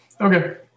Okay